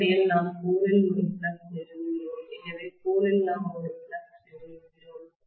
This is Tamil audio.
அடிப்படையில் நாம் கோரில் ஒரு ஃப்ளக்ஸ் நிறுவுகிறோம் எனவே கோரில் நாம் ஒரு ஃப்ளக்ஸ் நிறுவுகிறோம்